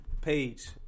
page